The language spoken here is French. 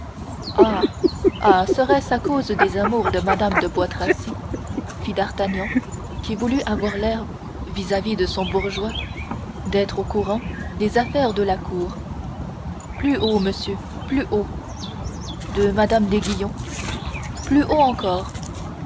ah serait-ce à cause des amours de mme de bois tracy fit d'artagnan qui voulut avoir l'air vis-à-vis de son bourgeois d'être au courant des affaires de la cour plus haut monsieur plus haut de mme d'aiguillon plus haut encore